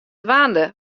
dwaande